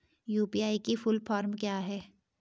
UPI की full form क्या है?